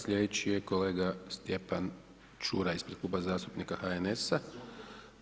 Sljedeći je kolega Stjepan Ćuraj ispred Kluba zastupnika HNS-a.